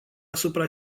asupra